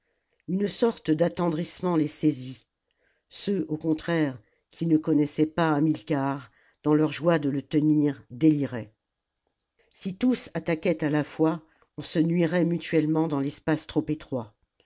une sorte d'attendrissement les saisit ceux au contraire qui ne connaissaient pas hamilcar dans leur joie de le tenir déliraient si tous attaquaient à la fois on se nuirait mutuellement dans l'espace trop étroit